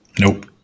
Nope